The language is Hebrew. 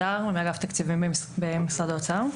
הדר מאגף תקציבים במשרד האוצר.